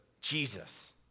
Jesus